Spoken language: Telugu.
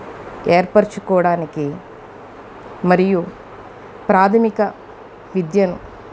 ఏర్పరచుకోడానికి మరియు ప్రాథమిక విద్యను